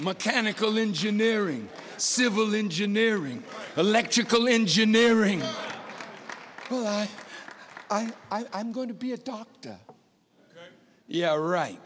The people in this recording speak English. mechanical engineering civil engineering electrical engineering i'm going to be a doctor yeah right